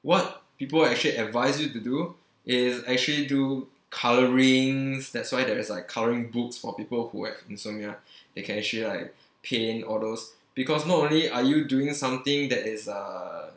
what people actually advise you to do is actually do colourings that's why there's like covering books for people who have insomnia they can actually like paint all those because not only are you doing something that is uh